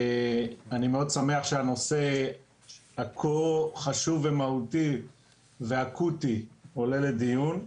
אני מאוד שמח שהנושא הכה חשוב ומהותי ואקוטי עולה לדיון.